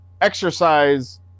exercise